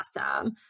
awesome